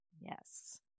Yes